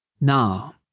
Now